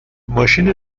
ماشین